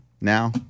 Now